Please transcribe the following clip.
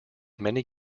many